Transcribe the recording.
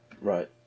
Right